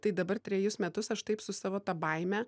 tai dabar trejus metus aš taip su savo ta baime